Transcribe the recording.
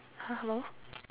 hello